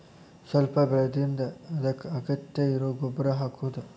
ಸ್ವಲ್ಪ ಬೆಳದಿಂದ ಅದಕ್ಕ ಅಗತ್ಯ ಇರು ಗೊಬ್ಬರಾ ಹಾಕುದು